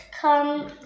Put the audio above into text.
come